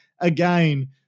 again